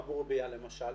מאבו רביע למשל,